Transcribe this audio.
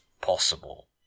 possible